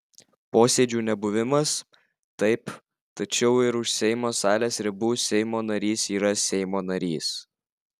posėdžių nebuvimas taip tačiau ir už seimo salės ribų seimo narys yra seimo narys